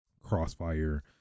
crossfire